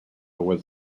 was